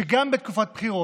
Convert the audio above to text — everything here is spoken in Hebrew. שגם בתקופת בחירות,